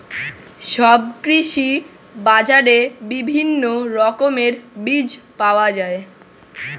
সব কৃষি বাজারে বিভিন্ন রকমের বীজ পাওয়া যায়